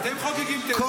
אתם חוגגים טבח, אתה וחבריך.